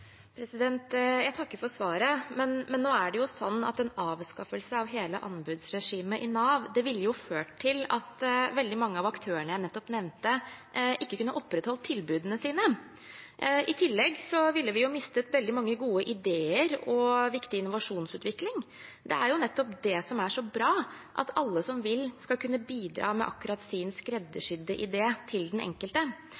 Jeg takker for svaret. Men nå er det sånn at en avskaffelse av hele anbudsregimet i Nav ville ha ført til at veldig mange av aktørene jeg nettopp nevnte, ikke kunne ha opprettholdt tilbudene sine. I tillegg ville vi ha mistet veldig mange gode ideer og viktig innovasjonsutvikling. Det er nettopp det som er så bra, at alle som vil, skal kunne bidra med akkurat sin